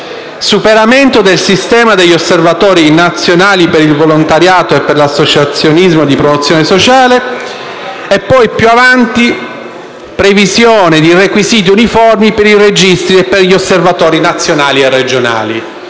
«superamento del sistema degli Osservatori nazionali per il volontariato e per l'associazionismo di promozione sociale...» e poi più avanti, alla lettera *g),* di «previsione di requisiti uniformi per i registri e per gli Osservatori nazionali e regionali».